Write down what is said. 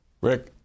Rick